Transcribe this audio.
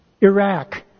Iraq